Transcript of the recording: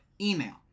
email